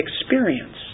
experience